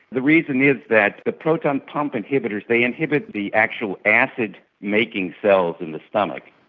the reason is that the proton pump inhibitors, they inhibit the actual acid making cells in the stomach,